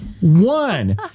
one